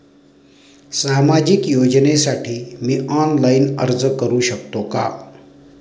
सामाजिक योजनेसाठी मी ऑनलाइन अर्ज करू शकतो का?